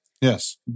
Yes